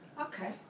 Okay